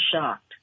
shocked